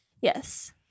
Yes